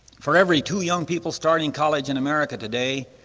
for every two young people starting college in america today,